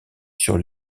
sur